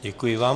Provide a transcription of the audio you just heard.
Děkuji vám.